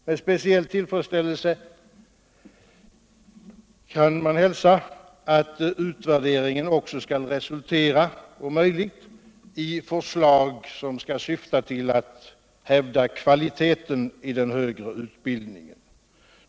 Med speciell tillfredsstältelse hälsar vi att utvärderingen om möjligt också skall resultera i förslag som skall syfta till att hävda kvaliteten i den högre utbildningen.